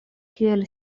kiel